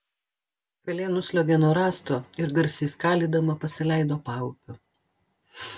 kalė nusliuogė nuo rąsto ir garsiai skalydama pasileido paupiu